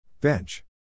Bench